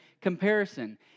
comparison